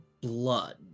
blood